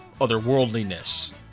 otherworldliness